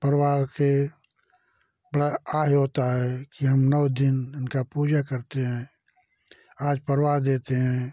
प्रवाह के बड़ा आह होता है कि हम नौ दिन उनका पूजा करते हैं आज प्रवाह देते हैं